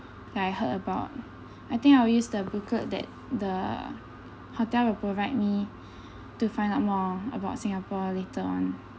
like I heard about I think I will use the booklet that the hotel will provide me to find out more about singapore later on